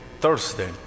Thursday